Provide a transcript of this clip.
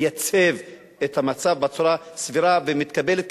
לייצב את המצב בצורה סבירה ומתקבלת,